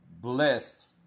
blessed